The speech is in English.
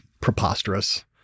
preposterous